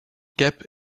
gap